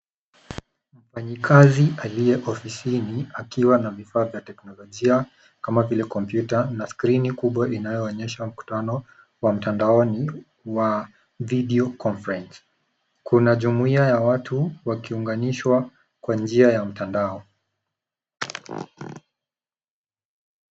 Mfanyikazi aliye ofisini akiwa na vifaa vya teknolojia kama vile kompyuta na skrini kubwa inayoonyesha mkutano wa mtandaoni wa [cs ] video Conference[cs ] Kuna jumuia ya watu wakiunganoshwa kwa mtandao.